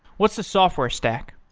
what's the software stack?